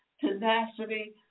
tenacity